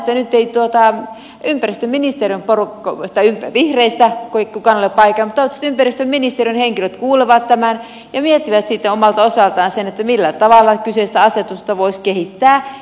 harmin paikka vain että nyt ei vihreistä kukaan ole paikalla mutta toivottavasti ympäristöministeriön henkilöt kuulevat tämän ja miettivät sitten omalta osaltaan sitä millä tavalla kyseistä asetusta voisi kehittää